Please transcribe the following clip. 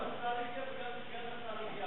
גם השר הגיע וגם סגן השר הגיע,